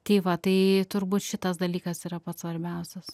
tai va tai turbūt šitas dalykas yra pats svarbiausias